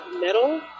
Metal